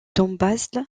dombasle